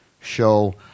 show